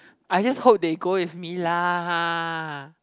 I just hope that you go with me lah